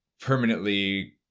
permanently